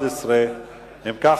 11. אם כך,